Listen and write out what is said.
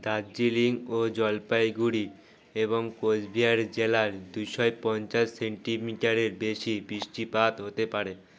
দার্জিলিং ও জলপাইগুড়ি এবং কোচবিহার জেলার দুশো পঞ্চাশ সেন্টিমিটারের বেশি বৃষ্টিপাত হতে পারে